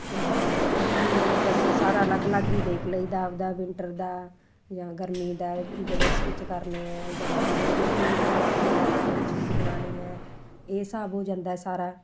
ਅਤੇ ਬਾਕੀ ਬਸ ਸਾਰਾ ਅਲੱਗ ਅਲੱਗ ਹੀ ਦੇਖ ਲਈ ਦਾ ਆਪਣਾ ਵਿੰਟਰ ਦਾ ਜਾਂ ਗਰਮੀ ਦਾ ਜਿਹੜੇ ਸਟਿਚ ਕਰਨੇ ਹੈ ਜਾਂ ਕੋਈ ਮਿਡੀ ਫਰੋਕ ਵਗੈਰਾ ਉਹ ਚੀਜ਼ ਬਣਾਉਣੀ ਹੈ ਇਹ ਹਿਸਾਬ ਹੋ ਜਾਂਦਾ ਸਾਰਾ